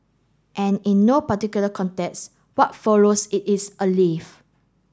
and in no particular context what follows it is a leaf